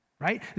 Right